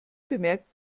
bemerkt